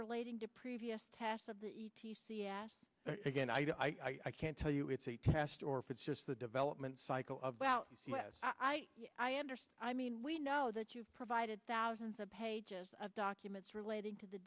relating to previous tests of the t c s again i can't tell you it's a test or if it's just the development cycle of well i understand i mean we know that you've provided thousands of pages of documents relating to the